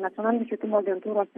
nacionalinė švietimo agentūros